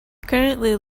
currently